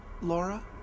Laura